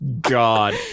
god